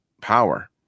power